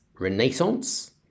Renaissance